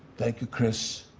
thank you, chris.